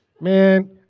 man